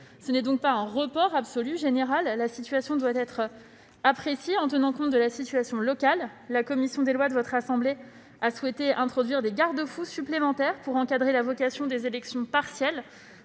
Ce n'est donc pas un report absolu et général ; la situation doit être appréciée en tenant compte de la situation locale. La commission des lois de votre assemblée a souhaité introduire des garde-fous supplémentaires pour encadrer cette possibilité de report des élections partielles.